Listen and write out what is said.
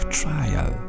trial